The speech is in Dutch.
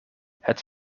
het